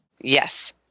Yes